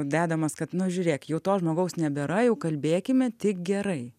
dedamas kad nu žiūrėk jau to žmogaus nebėra jau kalbėkime tik gerai